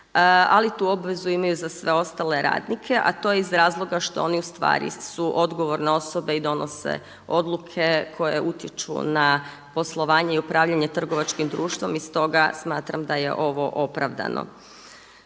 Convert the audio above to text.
ali tu obvezu imaju za sve ostale radnike, a to je iz razloga što su oni odgovorne osobe i donose odluke koje utječu na poslovanje i upravljanje trgovačkim društvom i stoga smatram da je ovo opravdano.